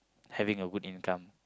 having a good income